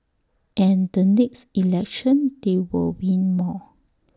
and the next election they will win more